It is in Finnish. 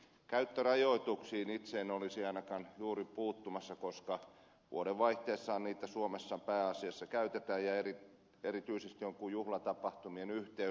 käyttörajoituksiin itse en olisi ainakaan juuri puuttumassa koska vuodenvaihteessahan niitä suomessa pääasiassa käytetään ja erityisesti joidenkin juhlatapahtumien yhteydessä